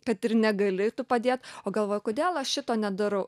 kad ir negali tu padėt o galvoji kodėl aš šito nedarau